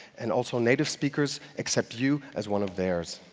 and also native speakers accept you as one of theirs.